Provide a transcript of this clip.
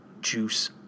juice